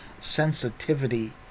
sensitivity